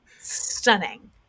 stunning